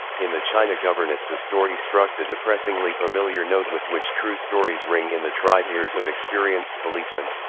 in the china governess the story struck the depressingly familiar note with which true stories ring in the tried ears of experienced policemen.